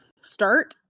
start